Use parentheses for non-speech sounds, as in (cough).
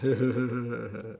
(laughs)